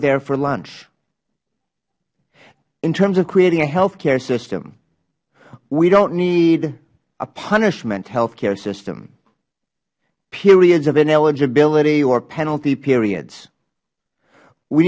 there for lunch in terms of creating a health care system we dont need a punishment health care system periods of ineligibility or penalty periods we